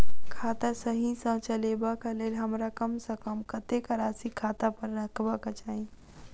खाता सही सँ चलेबाक लेल हमरा कम सँ कम कतेक राशि खाता पर रखबाक चाहि?